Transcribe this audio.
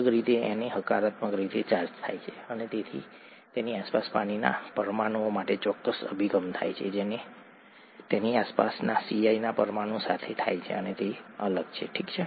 અલગ રીતે Na હકારાત્મક રીતે ચાર્જ થાય છે અને તેથી તેની આસપાસના પાણીના પરમાણુઓ માટે ચોક્કસ અભિગમ થાય છે જે તેની આસપાસના Cl ના પરમાણુઓ સાથે થાય છે તેનાથી અલગ છે ઠીક છે